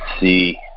see